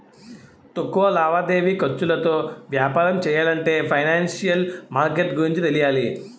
తక్కువ లావాదేవీ ఖర్చులతో వ్యాపారం చెయ్యాలంటే ఫైనాన్సిషియల్ మార్కెట్ గురించి తెలియాలి